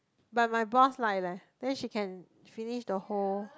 but my boss like leh then she can finish the whole